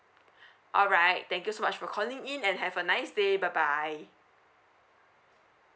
alright thank you so much for calling in and have a nice day bye bye